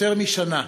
יותר משנה,